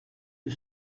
you